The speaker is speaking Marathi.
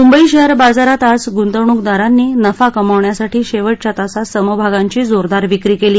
मुंबई शेअर बाजारात आज गुंतवणूकदारांनी नफा कमावण्यासाठी शेवटच्या तासात समभागांची जोरदार विक्री केली